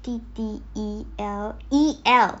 T T E L E